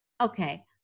okay